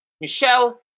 Michelle